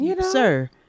sir